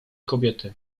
kobiety